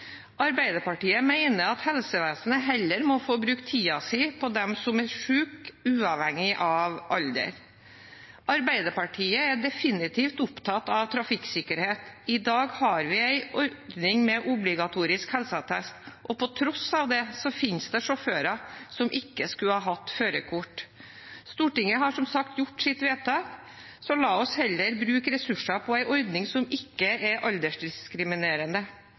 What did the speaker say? Arbeiderpartiet mener at helsevesenet heller må få bruke tiden sin på dem som er syke, uavhengig av alder. Arbeiderpartiet er definitivt opptatt av trafikksikkerhet. I dag har vi en ordning med obligatorisk helseattest, og på tross av det finnes det sjåfører som ikke skulle hatt førerkort. Stortinget har, som sagt, gjort sitt vedtak. La oss heller bruke ressurser på en ordning som ikke er